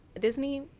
disney